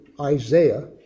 Isaiah